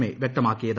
A വ്യക്തമാക്കിയത്